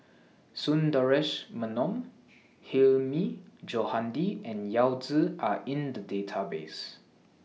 Sundaresh Menon Hilmi Johandi and Yao Zi Are in The Database